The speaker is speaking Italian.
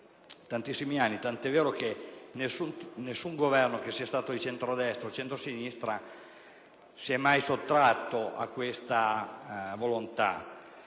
da svariati anni, tant'è vero che nessun Governo, sia di centrodestra sia di centrosinistra, si è mai sottratto a questa volontà.